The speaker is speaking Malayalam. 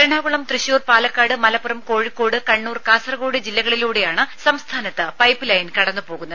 എറണാകുളം തൃശൂർ പാലക്കാട് മലപ്പുറം കോഴിക്കോട് കണ്ണൂർ കാസർകോട് ജില്ലകളിലൂടെയാണ് സംസ്ഥാനത്ത് പൈപ്പ്ലൈൻ കടന്നുപോകുന്നത്